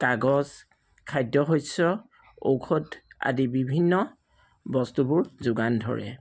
কাগজ খাদ্য শস্য ঔষধ আদি বিভিন্ন বস্তুবোৰ যোগান ধৰে